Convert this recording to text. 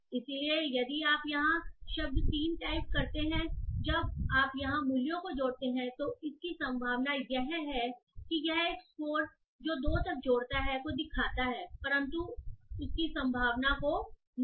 इसलिए यदि आप यहां शब्द 3 टाइप करते हैं जब आप यहां मूल्यों को जोड़ते हैं तो इसकी संभावना यह है कि यह एक स्कोर जो 2 तक जोड़ता है को दिखाता है परंतु उसकी संभावना को नहीं